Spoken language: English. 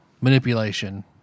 manipulation